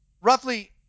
Roughly